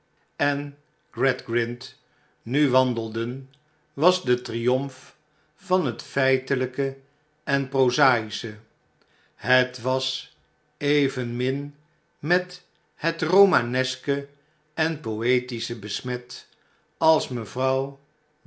en gradgrind nu wandelden was de triomf van het feitelijke en prozaische het was evenmin met het romaneske en poetische besmet als mevrouw